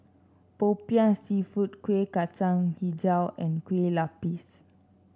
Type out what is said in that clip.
popiah seafood Kuih Kacang hijau and Kueh Lupis